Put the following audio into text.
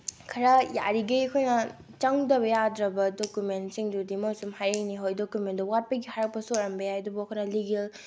ꯈꯔ ꯌꯥꯔꯤꯈꯩ ꯑꯩꯈꯣꯏꯅ ꯆꯪꯗ꯭ꯔꯕ ꯌꯥꯗ꯭ꯔꯕ ꯗꯣꯀꯨꯃꯦꯟꯁꯤꯡꯗꯨꯗꯤ ꯃꯣꯏꯁꯨ ꯍꯥꯏꯔꯛꯏꯅꯤ ꯍꯣꯏ ꯗꯣꯀꯨꯃꯦꯟꯗꯨ ꯋꯥꯠꯄꯒꯤ ꯍꯥꯏꯔꯛꯄꯁꯨ ꯑꯣꯏꯔꯝꯕ ꯌꯥꯏ ꯑꯗꯨꯕꯨ ꯑꯩꯈꯣꯏꯅ ꯂꯤꯒꯦꯜ